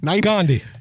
Gandhi